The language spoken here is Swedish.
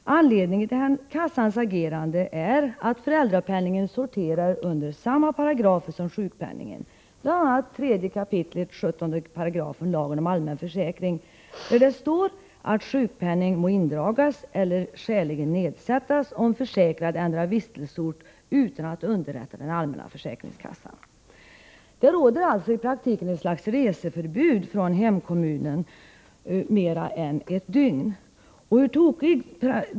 Anledningen till kassans agerande är att föräldrapenningen ”sorterar” under samma paragrafer som sjukpenningen, bl.a. 3 kap. 17 § lagen om allmän försäkring, där det heter att ”sjukpenning må indragas eller skäligen nedsättas, om försäkrad ——— ändrar vistelseort utan att underrätta den allmänna försäkringskassan”. Det råder alltså i praktiken ett slags reseförbud vid mer än ett dygns frånvaro från hemkommunen.